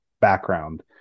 background